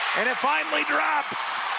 and it finally drops